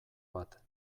bat